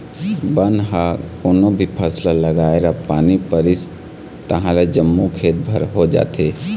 बन ह कोनो भी फसल लगाए र पानी परिस तहाँले जम्मो खेत भर हो जाथे